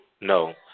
No